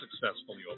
successfully